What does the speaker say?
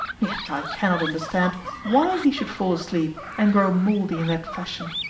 yet i cannot understand why he should fall asleep and grow mouldy in that fashion,